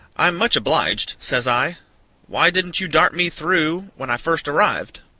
i'm much obliged, says i why didn't you dart me through when i first arrived?